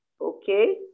Okay